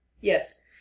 yes